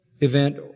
event